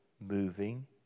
moving